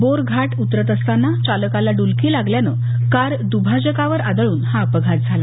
bore Ghat उतरत असताना चालकाला डुलकी लागल्याने कार द्भाजकावर आदळून हा अपघात झाला